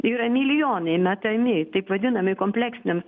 yra milijonai metami taip vadinami kompleksinėms